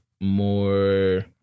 more